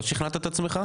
ארבעה לא שכנעת את עצמך?